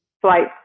flights